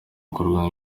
gikorwa